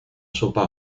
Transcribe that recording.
sopa